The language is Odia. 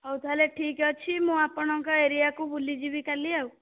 ହଉ ତା'ହେଲେ ଠିକ୍ ଅଛି ମୁଁ ଆପଣଙ୍କ ଏରିଆକୁ ବୁଲିଯିବି କାଲି ଆଉ